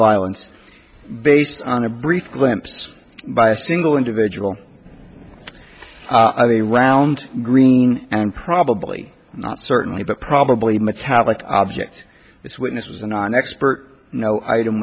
violence based on a brief glimpse by a single individual i mean a round green and probably not certainly but probably metallic object this witness was a non expert no item